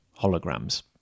holograms